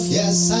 yes